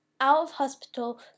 out-of-hospital